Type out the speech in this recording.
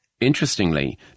Interestingly